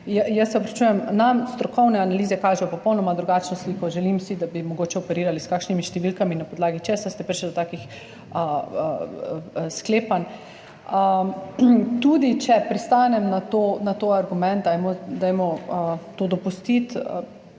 nam strokovne analize kažejo popolnoma drugačno sliko. Želim si, da bi mogoče operirali s kakšnimi številkami, na podlagi česa ste prišli do takih sklepanj. Tudi če pristanem na to argument, dajmo to dopustiti,